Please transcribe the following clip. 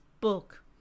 book